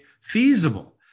feasible